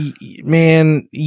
man